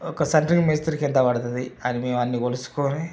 ఒక సెంట్రింగ్ మేస్త్రికి ఎంత పడుతుంది అని మేము అన్నీ కొలుచుకొని